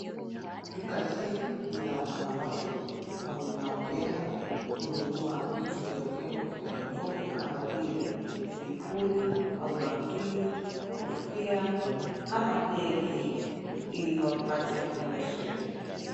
Duka hili ni la wanawake wanaopenda kununua vitu vya udogo kama vile vipuli au bangili, kofia ama begi ili wapate kuenda sherehe.